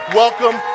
welcome